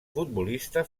futbolista